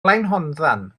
blaenhonddan